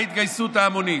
ההתגייסות ההמונית.